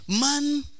Man